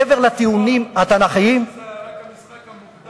מעבר לטיעונים התנ"כיים, זה רק המשחק המוקדם.